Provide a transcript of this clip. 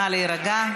נא להירגע.